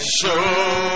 show